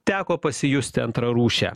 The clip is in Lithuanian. teko pasijusti antrarūše